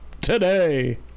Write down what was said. today